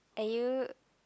are you